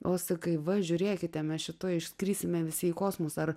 o sakai va žiūrėkite mes šito išskrisime visi į kosmosą